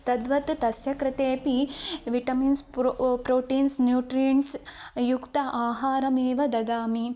तद्वत् तस्य कृतेऽपि विटमिन्स् प्रोटीन्स् न्युट्रिण्ड्स् युक्तम् आहारमेव ददामि